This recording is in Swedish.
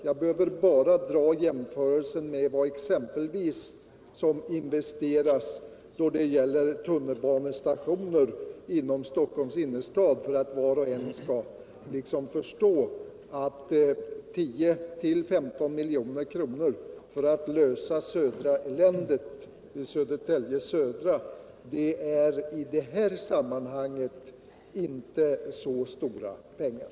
Jag behöver bara jämföra med vad som exempelvis investeras i tunnelbanestationer inom Stockholms kommun för att var och en skall förstå att 10-15 milj.kr. för en lösning av ”Södra-eländet” i detta sammanhang inte är så stora pengar.